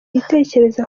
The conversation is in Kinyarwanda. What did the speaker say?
gitekerezo